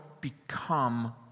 become